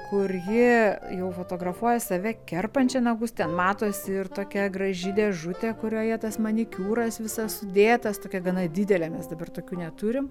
kur ji jau fotografuoja save kerpančią nagus ten matosi ir tokia graži dėžutė kurioje tas manikiūras visas sudėtas tokia gana didelė mes dabar tokių neturim